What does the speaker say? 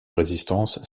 résistance